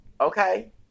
Okay